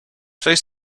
face